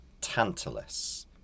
Tantalus